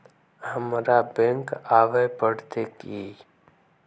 हमरा बैंक आवे पड़ते की?